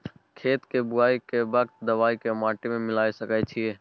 खेत के बुआई के वक्त दबाय के माटी में मिलाय सके छिये?